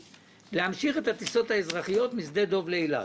להמשיך את הטיסות האזרחיות משדה דב לאילת,